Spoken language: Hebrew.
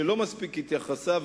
שלא מספיק התייחסה.